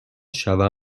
شوم